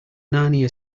narnia